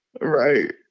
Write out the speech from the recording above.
Right